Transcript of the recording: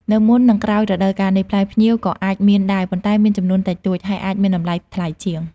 នៅមុន និងក្រោយរដូវកាលនេះ ផ្លែផ្ញៀវក៏អាចមានដែរ ប៉ុន្តែមានចំនួនតិចតួច ហើយអាចមានតម្លៃថ្លៃជាង។